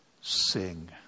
Sing